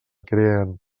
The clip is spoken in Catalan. creen